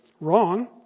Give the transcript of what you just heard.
Wrong